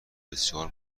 بسیار